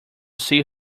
see